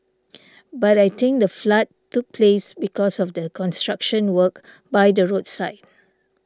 but I think the flood took place because of the construction work by the roadside